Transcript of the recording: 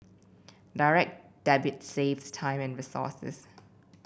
Direct Debit saves time and resources